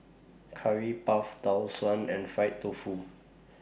Curry Puff Tau Suan and Fried Tofu